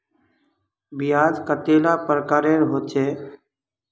ब्याज कतेला प्रकारेर होचे?